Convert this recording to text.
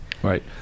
Right